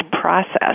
process